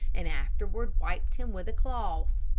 and afterward wiped him with a cloth.